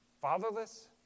fatherless